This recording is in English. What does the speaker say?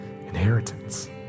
inheritance